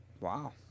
Wow